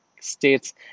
states